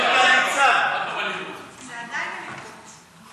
זה עדיין אלימות.